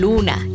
Luna